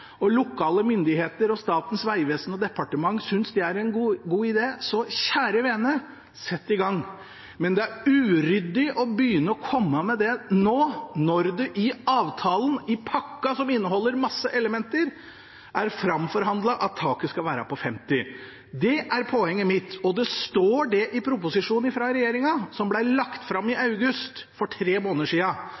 lokale myndigheter, Statens vegvesen og departementet synes det er en god idé, så kjære vene, sett i gang! Men det er uryddig å komme med det nå når det i avtalen – i pakken som inneholder masse elementer – er framforhandlet at taket skal være på 50. Det er poenget mitt. Og det står i proposisjonen fra regjeringen, som ble lagt fram i august – for tre måneder